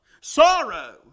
Sorrow